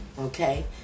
okay